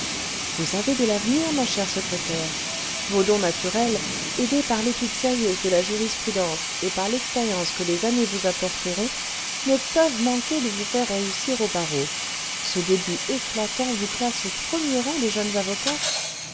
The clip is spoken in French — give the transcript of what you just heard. vous avez de l'avenir ma chère secrétaire vos dons naturels aidés par l'étude sérieuse cle la jurisprudence et par l'expérience que les années vous apporteront ne peuvent manquer de vous faire réussir au barreau ce début éclatant vous classe au premier rang des jeunes avocates